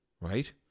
right